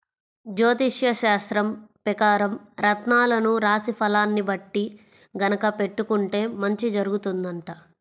జ్యోతిష్యశాస్త్రం పెకారం రత్నాలను రాశి ఫలాల్ని బట్టి గనక పెట్టుకుంటే మంచి జరుగుతుందంట